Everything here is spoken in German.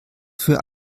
für